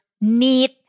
need